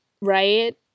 right